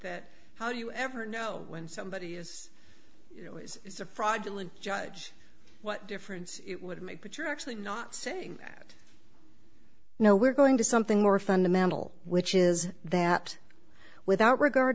that how do you ever know when somebody is you know it's a fraud really judge what difference it would make but you're actually not saying that no we're going to something more fundamental which is that without regard